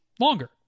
longer